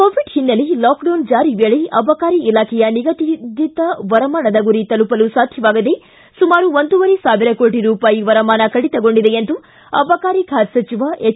Covid ಹಿನ್ನೆಲೆ lockdown ಜಾರಿ ವೇಳೆ ಅಬಕಾರಿ ಇಲಾಖೆಯ ನಿಗದಿತ ವರಮಾನದ ಗುರಿ ತಲುಪಲು ಸಾಧ್ಯವಾಗದೇ ಸುಮಾರು ಒಂದೂವರೆ ಸಾವಿರ ಕೋಟ ರೂಪಾಯಿ ವರಮಾನ ಕಡಿತಗೊಂಡಿದೆ ಎಂದು ಅಬಕಾರಿ ಬಾತೆ ಸಚಿವ ಎಚ್